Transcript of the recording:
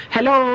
Hello